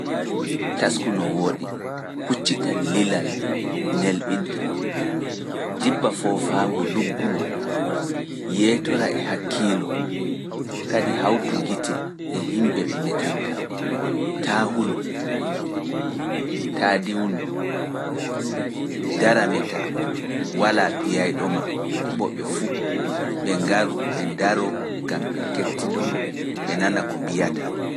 Tasku no wooɗi, huccita lilal nelɓinta, dibba foofaango luggungo, yeetora e hakkiilo, kadi hawtu gite e yimɓe ɓe metanta, taa hulu, taa diwnu, dara meta, walaa piyayɗo ma, bo ɓe fuu, ɓe ngaru, ɓe ndaro, gam ɓe kettindoma, ɓe nana ko mbiyata.